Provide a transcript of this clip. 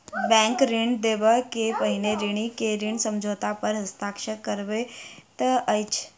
bank ऋण देबअ के पहिने ऋणी के ऋण समझौता पर हस्ताक्षर करबैत अछि